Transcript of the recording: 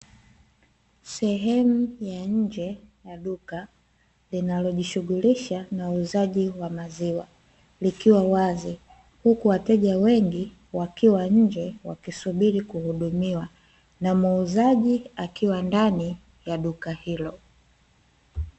Sehemu ya nje ya duka linalojishughulisha na uuzaji wa maziwa likiwa wazi huku wateja wengi wakiwa nje wakisubiri kuhudumiwa na muuzaji akiwa ndani ya duka hilo.